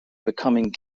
becoming